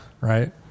Right